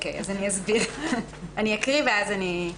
אני אקריא ואסביר.